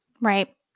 Right